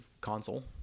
console